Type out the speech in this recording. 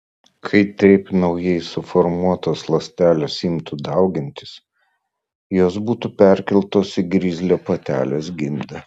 kai taip naujai suformuotos ląstelės imtų daugintis jos būtų perkeltos į grizlio patelės gimdą